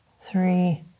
three